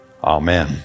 Amen